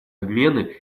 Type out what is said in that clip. обмены